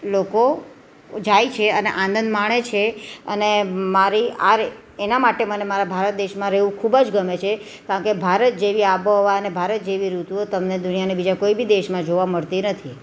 લોકો જાય છે અને આનંદ માણે છે અને મારી આરે એના માટે મને મારા ભારત દેશમાં રહેવું ખૂબ જ ગમે છે કારણ કે ભારત જેવી આબોહવા ને ભારત જેવી ઋતુઓ તમને દુનિયાના બીજા કોઈ બી દેશમાં જોવા મળતી નથી